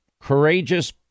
courageous